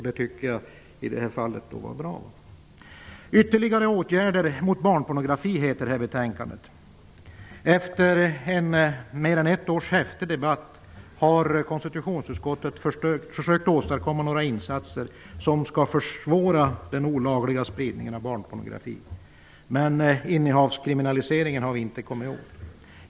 Det tycker jag i det här fallet var bra. Ytterligare åtgärder mot barnpornografi heter det här betänkandet. Efter mer än ett års häftig debatt har konstitutionsutskottet försökt att åstadkomma några insatser som skall försvåra den olagliga spridningen av barnpornografi. Men innehavskriminaliseringen har vi inte kommit åt.